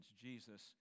Jesus